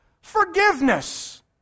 Forgiveness